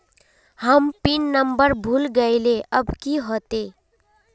हम pin number भूल गलिऐ अब की होते?